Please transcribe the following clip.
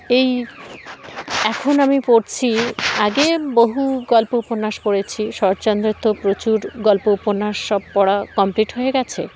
এই এখন আমি পড়ছি আগে বহু গল্প উপন্যাস পড়েছি শরৎচন্দ্রের তো প্রচুর গল্প উপন্যাস সব পড়া কমপ্লিট হয়ে গেছে